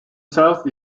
south